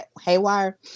haywire